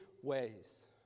ways